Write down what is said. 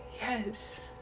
Yes